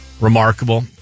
remarkable